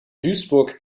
duisburg